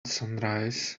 sunrise